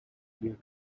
near